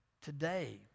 today